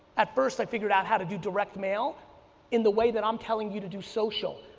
at first i figured out how to do direct mail in the way that i'm telling you to do social.